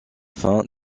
fin